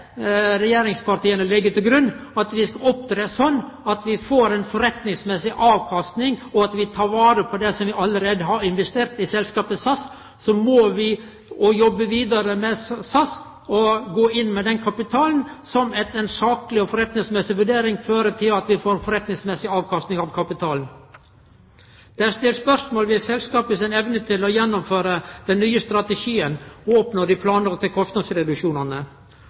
til grunn, at vi skal opptre slik at vi får ei forretningsmessig avkastning, og at vi tek vare på det som vi allereie har investert i selskapet SAS. Vi må jobbe vidare med SAS, gå inn med den kapitalen som etter ei sakleg og forretningsmessig vurdering fører til at vi får avkastning på kapitalen. Det er stilt spørsmål om selskapet si evne til å gjennomføre den nye strategien og oppnå